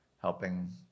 helping